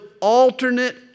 alternate